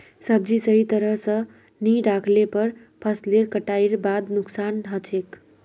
सब्जी सही तरह स नी राखले पर फसलेर कटाईर बादे नुकसान हछेक